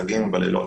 חגים ובלילות.